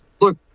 Look